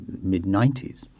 mid-90s